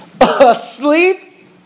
Asleep